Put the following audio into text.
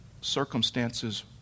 circumstances